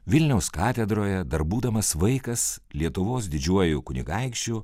vilniaus katedroje dar būdamas vaikas lietuvos didžiuoju kunigaikščiu